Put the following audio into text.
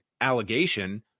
allegation